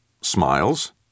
smiles